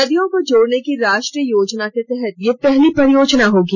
नदियों को जोड़ने की राष्ट्रीय योजना के तहत यह पहली परियोजना होगी